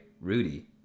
rudy